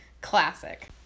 classic